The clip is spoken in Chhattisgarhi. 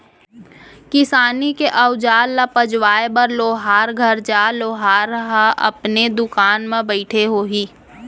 किसानी के अउजार ल पजवाए बर लोहार घर जा, लोहार ह अपने दुकान म बइठे होही